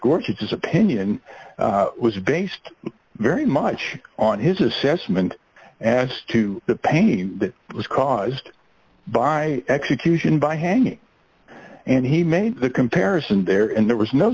is opinion was based very much on his assessment as to the pain that was caused by execution by hanging and he made the comparison there and there was no